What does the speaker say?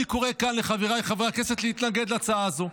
אני קורא כאן לחבריי חברי הכנסת להתנגד להצעה הזו,